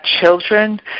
children